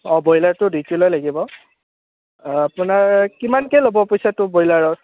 অঁ ব্ৰইলাৰটো দুই কিলোৱেই লাগিব আপোনাৰ কিমানকৈ ল'ব পইচাটো ব্ৰইলাৰত